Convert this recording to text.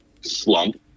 slump